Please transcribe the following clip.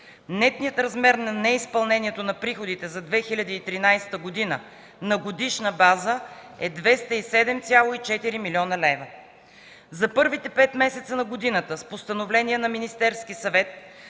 Нетният размер на неизпълнението на приходите за 2013 г. на годишна база е 207,4 млн. лв. За първите пет месеца на годината с постановления на Министерския съвет